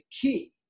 key